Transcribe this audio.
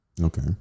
Okay